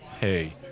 hey